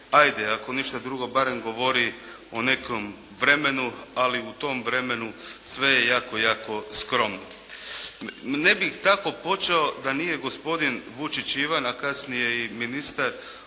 ajde ako ništa drugo barem govori o nekom vremenu, ali u tom vremenu sve je jako, jako skromno. Ne bih tako počeo da nije gospodin Vučić Ivan, a kasnije i ministar